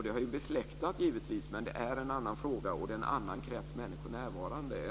Det här är givetvis besläktat, men det är en annan fråga och en annan krets människor närvarande.